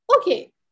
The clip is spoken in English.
Okay